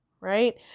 right